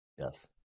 Yes